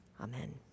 Amen